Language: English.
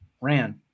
ran